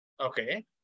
Okay